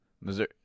Missouri